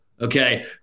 okay